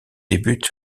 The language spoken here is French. débute